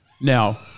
Now